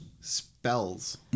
spells